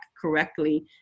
correctly